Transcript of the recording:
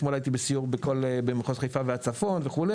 אתמול הייתי בסיור במחוז חיפה והצפון וכו',